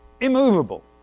Immovable